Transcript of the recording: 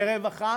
ורווחה,